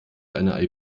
eine